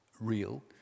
real